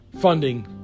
funding